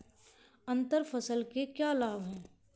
अंतर फसल के क्या लाभ हैं?